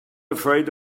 afraid